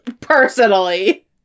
Personally